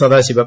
Sadasivam